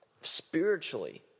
spiritually